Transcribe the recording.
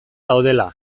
daudela